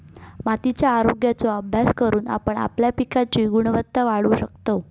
मातीच्या आरोग्याचो अभ्यास करून आपण आपल्या पिकांची गुणवत्ता वाढवू शकतव